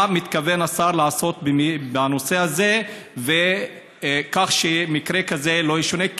מה מתכוון השר לעשות בנושא הזה וגם על מנת שמקרה כזה לא יישנה?